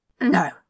No